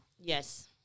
Yes